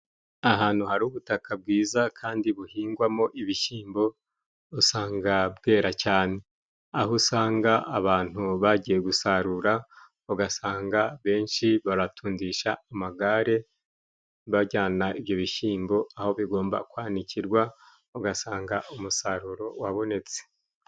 Ahantu hari ubutaka bwiza kandi buhingwamo ibishyimbo, usanga bwera cyane aho usanga abantu bagiye gusarura ugasanga benshi baratundisha amagare bajyana ibyo bishyimbo aho bigomba kwanikirwa, ugasanga umusaruro wabonetse.